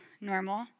normal